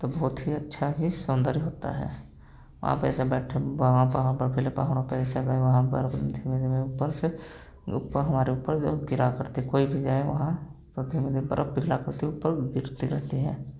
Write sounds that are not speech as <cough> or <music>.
तो बहुत ही अच्छा ही है वहां पे जैसे बैठे <unintelligible> पहाड़ बर्फीले पहाड़ों पे जैसे गए वहां बर्फ धीमे धीमे ऊपर से ऊपर हमारे ऊपर ज गिरा करते कोई भी जाए वहां तो धीमे धीमे बर्फ पिघला करती ऊपर वो गिरती रहती है